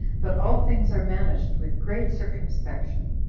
but all things are managed with great circumspection.